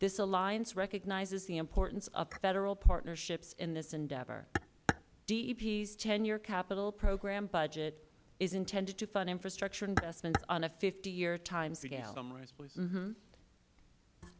this alliance recognizes the importance of federal partnerships in this endeavor dep's ten year capital program budget is intended to fund infrastructure investments on a fifty year time